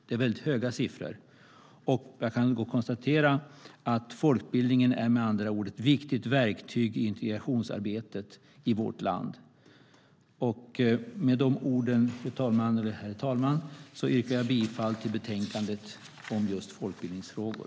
Det är väldigt höga siffror, och jag kan konstatera att folkbildningen med andra ord är ett viktigt verktyg i integrationsarbetet i vårt land. Med de orden, herr talman, yrkar jag bifall till utskottets förslag i betänkandet om folkbildningsfrågor.